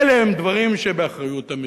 אלה דברים שבאחריות המדינה.